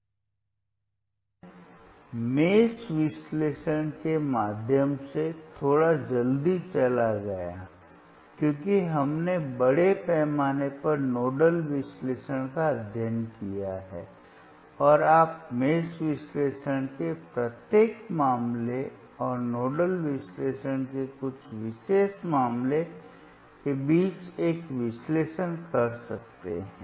अब मैं जाल विश्लेषण के माध्यम से थोड़ा जल्दी चला गया क्योंकि हमने बड़े पैमाने पर नोडल विश्लेषण का अध्ययन किया है और आप जाल विश्लेषण के प्रत्येक मामले और नोडल विश्लेषण के कुछ विशेष मामले के बीच एक विश्लेषण कर सकते हैं